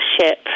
ship